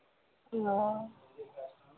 ओऽ